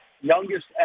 youngest